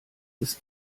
ist